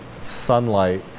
sunlight